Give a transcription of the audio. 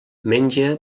menja